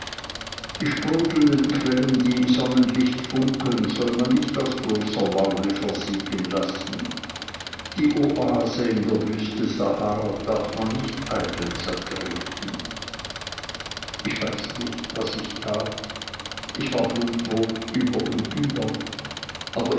die sprudelnden quellen die im sonnenlicht funkeln soll man nicht aus bloßer laune versiegen lassen die oase in der wüste sahara darf man nicht eitel zertreten ich weiß nicht was ich tat ich war blutrot über und über aber